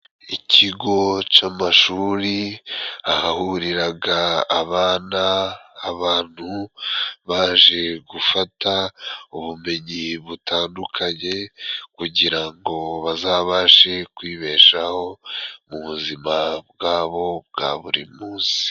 Ikigo c'amashuri ahahuriraga abana abantu baje gufata ubumenyi butandukanye kugira ngo bazabashe kwibeshaho mu buzima bwabo bwa buri munsi.